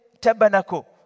tabernacle